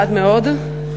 חד מאוד,